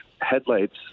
headlights